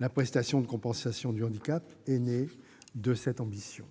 La prestation de compensation du handicap (PCH) est née de cette ambition.